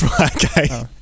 okay